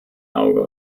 auge